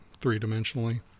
three-dimensionally